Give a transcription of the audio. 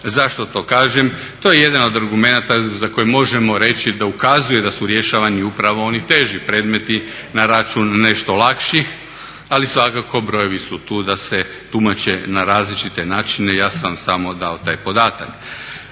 Zašto to kažem? To je jedan od argumenata za koje možemo reći da ukazuje da su rješavani upravo oni teži predmeti na račun nešto lakših ali svakako brojevi su tu da se tumače na različite načine i ja sam vam samo dao taj podatak.